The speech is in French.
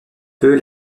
peu